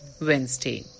Wednesday